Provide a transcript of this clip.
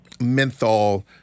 menthol